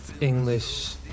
English